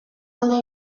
alde